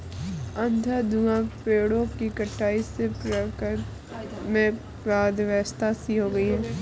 अंधाधुंध पेड़ों की कटाई से प्रकृति में अव्यवस्था सी हो गई है